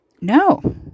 no